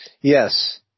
Yes